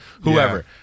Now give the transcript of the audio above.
whoever